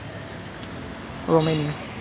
Romania